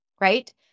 right